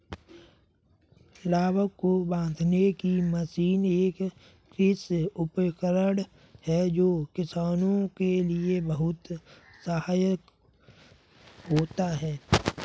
लावक को बांधने की मशीन एक कृषि उपकरण है जो किसानों के लिए बहुत सहायक होता है